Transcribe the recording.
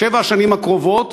לשבע השנים הקרובות,